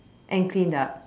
and cleaned up